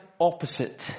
opposite